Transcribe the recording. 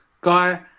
Guy